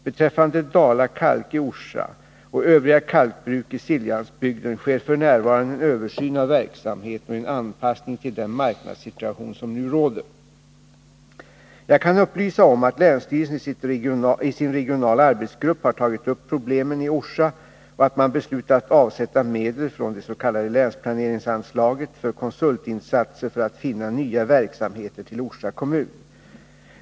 Beträffande Dala-Kalk i Orsa och övriga kalkbruk i Siljansbygden sker f.n. en översyn av verksamheten och en anpassning till den marknadssituation som nu råder. Jag kan upplysa om att länsstyrelsen i sin regionala arbetsgrupp har tagit upp problemen i Orsa och att man beslutat avsätta medel från det s.k. länsplaneringsanslaget för konsultinsatser för att finna nya verksamheter till Orsa kommun.